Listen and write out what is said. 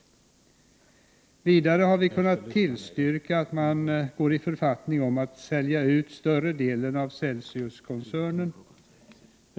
1988/89:126 Vidare har vi kunnat tillstyrka att man går i författning om att sälja ut 1 juni 1989 större delen av Celciuskoncernen.